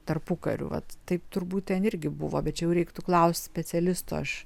tarpukariu vat taip turbūt ten irgi buvo bet čia jau reiktų klaust specialistų aš